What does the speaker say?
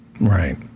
Right